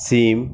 সিম